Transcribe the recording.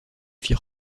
fit